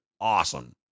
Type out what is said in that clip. awesome